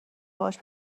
باهاش